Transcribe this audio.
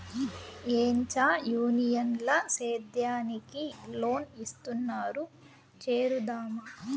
ఏంచా యూనియన్ ల సేద్యానికి లోన్ ఇస్తున్నారు చేరుదామా